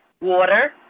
Water